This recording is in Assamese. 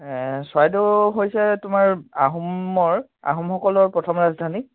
চৰাইদেউ হৈছে তোমাৰ আহোমৰ আহোমসকলৰ প্ৰথম ৰাজধানী